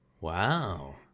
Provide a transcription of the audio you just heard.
Wow